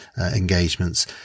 engagements